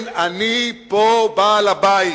כן, אני פה בעל-הבית.